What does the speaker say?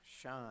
shine